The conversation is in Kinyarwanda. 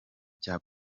cya